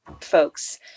folks